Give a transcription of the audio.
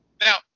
Now